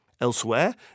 Elsewhere